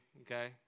okay